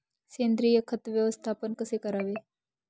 सेंद्रिय खत व्यवस्थापन कसे करावे?